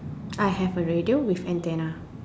I have a radio with antenna